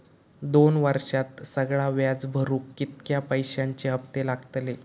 दोन वर्षात सगळा व्याज भरुक कितक्या पैश्यांचे हप्ते लागतले?